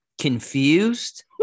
confused